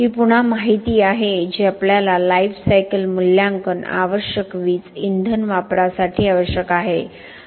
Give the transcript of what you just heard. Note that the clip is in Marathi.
ही पुन्हा माहिती आहे जी आपल्याला लाइफ सायकल मूल्यांकन आवश्यक वीज इंधन वापरासाठी आवश्यक आहे